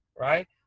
right